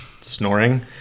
snoring